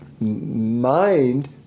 Mind